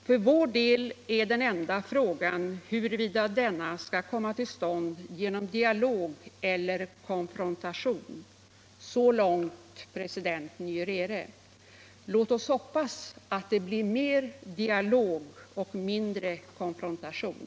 För vår del är den enda frågan huruvida denna skall komma till stånd genom dialog eller konfrontation.” | Så långt president Nycrere. Lät oss hoppas att det blir mer dialog och mindre konfrontation.